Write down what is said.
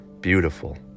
beautiful